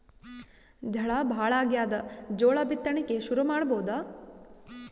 ಝಳಾ ಭಾಳಾಗ್ಯಾದ, ಜೋಳ ಬಿತ್ತಣಿಕಿ ಶುರು ಮಾಡಬೋದ?